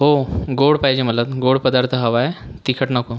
हो गोड पाहिजे मला गोड पदार्थ हवा आहे तिखट नको